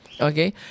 okay